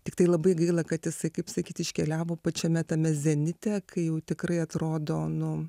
tiktai labai gaila kad jisai kaip sakyt iškeliavo pačiame tame zenite kai jau tikrai atrodo nu